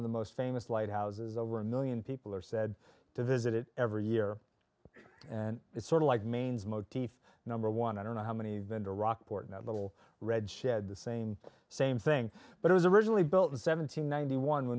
of the most famous light houses over a million people are said to visit it every year and it's sort of like maine's motif number one i don't know how many vendor rockport in that little red shed the same same thing but it was originally built in seventeen ninety one